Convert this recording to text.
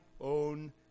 own